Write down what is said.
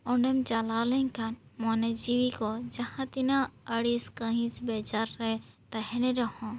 ᱚᱸᱰᱮᱢ ᱪᱟᱞᱟᱣ ᱞᱮᱱ ᱠᱷᱟᱱ ᱢᱚᱱᱮ ᱡᱤᱣᱭᱤ ᱠᱚ ᱢᱟᱦᱟᱸ ᱛᱤᱱᱟᱹᱜ ᱟᱹᱲᱤᱥ ᱠᱟᱹᱦᱤᱸᱥ ᱵᱮᱡᱟᱨ ᱨᱮ ᱛᱟᱦᱮᱱ ᱨᱮᱦᱚᱸ